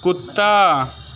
कुत्ता